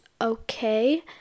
okay